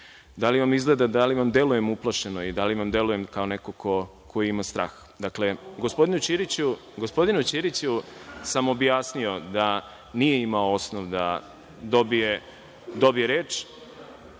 li vam izgleda i da li vam delujem uplašeno i da li vam delujem kao neko ko ima strah? Gospodinu Ćiriću sam objasnio da nije imao osnov da dobije